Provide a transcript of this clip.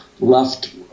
left